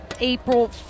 april